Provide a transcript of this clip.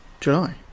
July